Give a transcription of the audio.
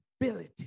ability